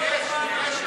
תגיד לי, מה אתה עושה?